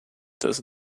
does